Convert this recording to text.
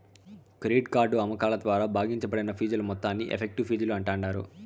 credit card అమ్మకాల ద్వారా భాగించబడిన ఫీజుల మొత్తాన్ని ఎఫెక్టివ్ ఫీజులు అంటాండారు